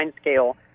scale